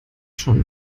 schon